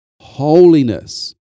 holiness